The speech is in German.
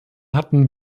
hatten